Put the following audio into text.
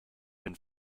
been